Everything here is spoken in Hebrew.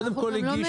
קודם כול הגישו.